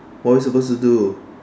what are we supposed to do